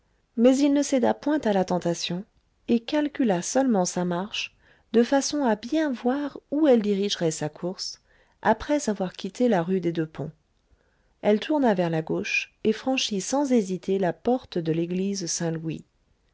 mais il ne céda point à la tentation et calcula seulement sa marche de façon à bien voir où elle dirigerait sa course après avoir quitté la rue des deux-ponts elle tourna vers la gauche et franchit sans hésiter la porte de l'église saint-louis